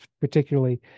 particularly